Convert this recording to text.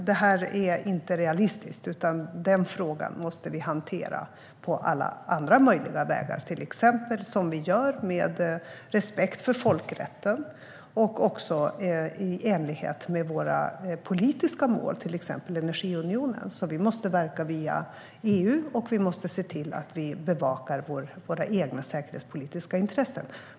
Detta är inte realistiskt, utan den frågan måste vi hantera på andra möjliga vägar, vilket vi gör med respekt för folkrätten och i enlighet med våra politiska mål, till exempel energiunionen. Vi måste verka via EU, och vi måste se till att bevaka våra egna säkerhetspolitiska intressen.